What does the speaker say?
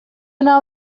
una